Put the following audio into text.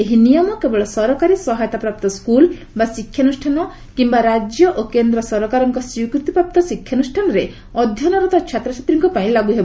ଏହି ନିୟମ କେବଳ ସରକାରୀ ସହାୟତା ପ୍ରାପ୍ତ ସ୍କୁଲ୍ ବା ଶିକ୍ଷାନୁଷ୍ଠାନ କିମ୍ବା ରାଜ୍ୟ ଓ କେନ୍ଦ୍ର ସରକାରଙ୍କ ସ୍ୱୀକୃତିପ୍ରାପ୍ତ ଶିକ୍ଷାନୁଷ୍ଠାନରେ ଅଧ୍ୟୟନରତ ଛାତ୍ରଛାତ୍ରୀଙ୍କ ପାଇଁ ଲାଗୁ ହେବ